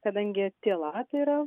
kadangi tyla tai yra